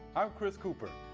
i'm chris cooper.